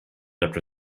after